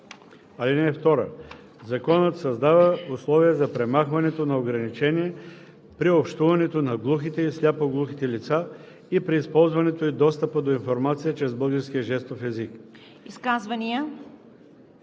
език. (2) Законът създава условия за премахването на ограничения при общуването на глухите и сляпо-глухите лица и при използването и достъпа до информация чрез българския жестов език.“